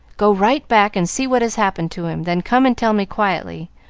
go right back and see what has happened to him, then come and tell me quietly.